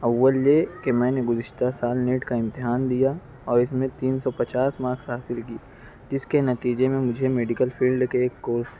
اول یہ کہ میں نے گذشتہ سال نیٹ کا امتحان دیا اور اس میں تین سو پچاس مارکس حاصل کیا اس کے نیتجے میں مجھے میڈیکل فیلڈ کے ایک کورس